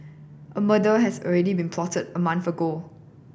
a murder has already been plotted a month ago